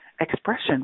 expression